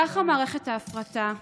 ככה מערכת ההפרטה עובדת,